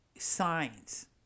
Signs